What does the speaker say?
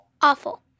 Awful